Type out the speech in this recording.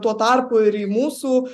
tuo tarpu ir į mūsų